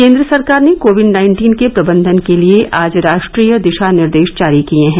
केंद्र सरकार ने कोविड नाइन्टीन के प्रबंधन के लिए आज राष्ट्रीय दिशा निर्देश जारी किए हैं